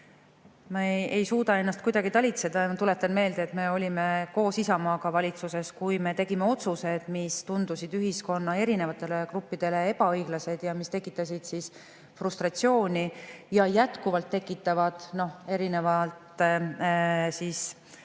ei suuda ma ennast kuidagi talitseda ja tuletan meelde, et me olime koos Isamaaga valitsuses, kui me tegime otsused, mis tundusid ühiskonna erinevatele gruppidele ebaõiglased ning mis tekitasid ja jätkuvalt tekitavad frustratsiooni